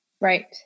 Right